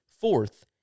fourth